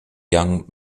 young